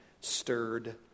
stirred